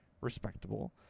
respectable